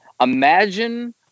imagine